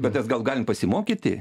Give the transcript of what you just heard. bet mes gal galim pasimokyti